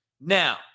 Now